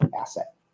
asset